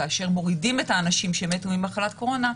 כשמורידים את האנשים שמתו ממחלת הקורונה,